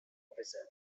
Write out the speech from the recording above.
officer